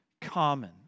common